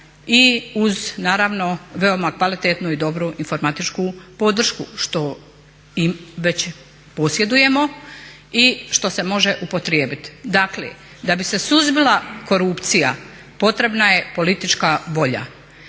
i uz naravno veoma kvalitetnu i dobru informatičku podršku što već posjedujemo i što se može upotrijebiti. Dakle da bi se suzbila korupcija potrebna je politička volja